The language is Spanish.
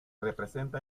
representa